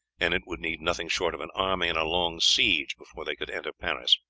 and it would need nothing short of an army and a long siege before they could enter paris.